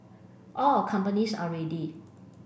all our companies are ready